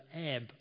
ebb